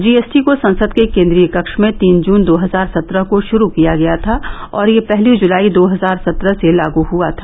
जी S T को ससंद के केन्द्रीय कक्ष में तीन जून दो हजार सत्रह को शुरू किया गया था और यह पहली जुलाई दो हजार सत्रह से लागू हुआ था